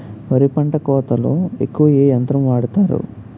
వరి పంట కోతలొ ఎక్కువ ఏ యంత్రం వాడతారు?